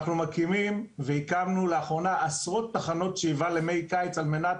אנחנו מקימים והקמנו לאחרונה עשרות תחנות שאיבה למי קיץ על מנת